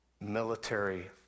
military